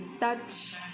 touch